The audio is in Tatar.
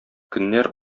көннәр